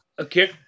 okay